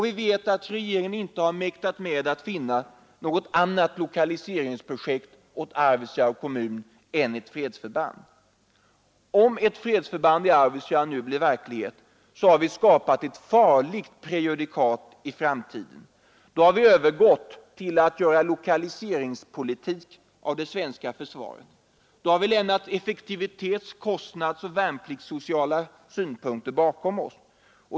Vi vet att regeringen inte har mäktat med att finna något annat lokaliseringsobjekt åt Arvidsjaurs kommun än ett fredsförband. Om ett fredsförband i Arvidsjaur nu blir verklighet har vi skapat ett farligt prejudikat för framtiden. Då har vi övergått till att göra lokaliseringspolitik av det svenska försvaret. Då har vi lämnat effektivitets-, kostnadsoch värnpliktssociala synpunkter bakom oss.